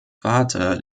vater